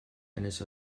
eines